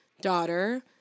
daughter